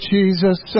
Jesus